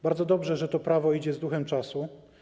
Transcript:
Bardzo dobrze, że to prawo idzie z duchem czasu.